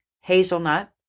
hazelnut